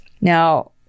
Now